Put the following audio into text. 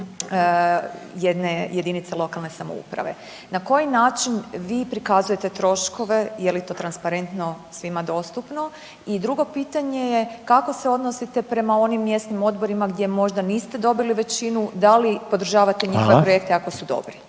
jedne jedinice lokalne samouprave. Na koji način vi prikazujete troškove je li to transparentno, svima dostupno. I drugo pitanje je kako se odnosite prema onim mjesnim odborima gdje možda niste dobili većinu, da li podržavate njihove projekte ako su dobri?